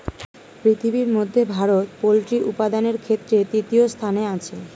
পৃথিবীর মধ্যে ভারত পোল্ট্রি উপাদানের ক্ষেত্রে তৃতীয় স্থানে আছে